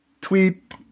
tweet